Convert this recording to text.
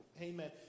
Amen